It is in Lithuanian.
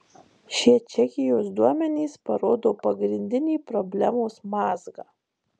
šie čekijos duomenys parodo pagrindinį problemos mazgą